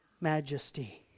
majesty